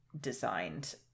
Designed